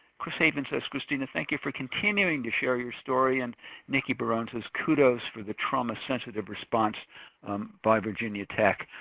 chris haven says kristina thank you for continuing to share your story. and nikki burrons says kudos for the trauma sensitive response by virginia tech.